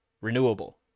renewable